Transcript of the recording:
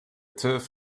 turf